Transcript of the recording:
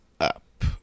up